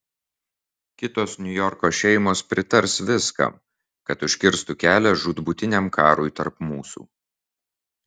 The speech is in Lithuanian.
kitos niujorko šeimos pritars viskam kad užkirstų kelią žūtbūtiniam karui tarp mūsų